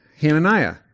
Hananiah